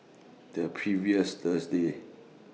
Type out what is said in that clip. The previous Thursday